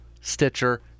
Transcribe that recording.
Stitcher